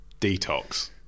detox